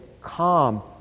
calm